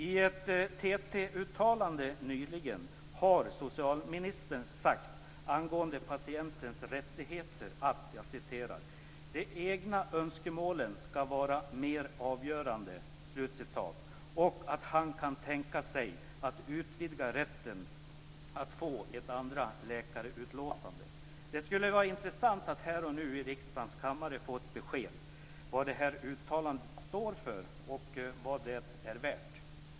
I ett TT-uttalande nyligen har socialministern angående patientens rättigheter sagt: "De egna önskemålen skall vara mer avgörande." Han kan tänka sig att utvidga rätten att få ett andra läkarutlåtande. Det skulle vara intressant att här och nu i kammaren få ett besked om vad det här uttalandet står för och vad det är värt.